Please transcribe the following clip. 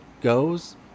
goes